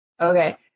Okay